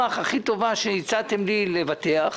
המרכזיים שמעניינים אותנו בהתלבטות